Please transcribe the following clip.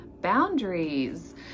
boundaries